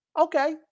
Okay